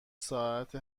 ساعت